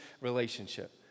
relationship